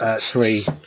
three